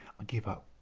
i give up.